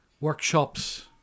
workshops